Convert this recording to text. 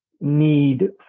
need